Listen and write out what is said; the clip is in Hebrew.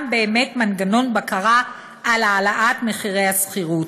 באמת מנגנון בקרה על העלאת מחירי השכירות.